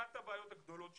אחת הבעיות הגדולות שיש,